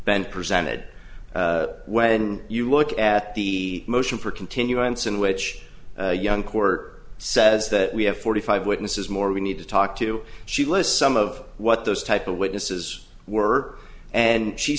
been presented when you look at the motion for continuance in which young court says that we have forty five witnesses more we need to talk to she lists some of what those type of witnesses were and she